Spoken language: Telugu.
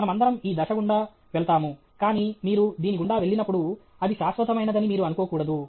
మనమందరం ఈ దశ గుండా వెళతాము కానీ మీరు దీని గుండా వెళ్ళినప్పుడు అది శాశ్వతమైనదని మీరు అనుకోకూడదు